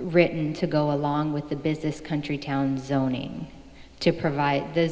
written to go along with the business country towns zoning to provide the